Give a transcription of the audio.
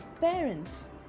parents